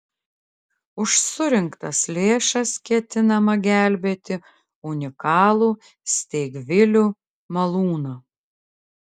už surinktas lėšas ketinama gelbėti unikalų steigvilių malūną